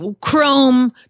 chrome